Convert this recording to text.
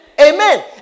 Amen